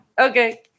Okay